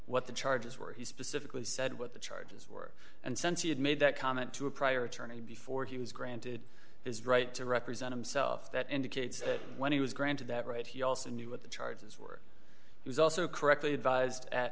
what the charges were he specifically said what the charges were and since he had made that comment to a prior attorney before he was granted his right to represent himself that indicates that when he was granted that right he also knew what the charges were he was also correctly advised at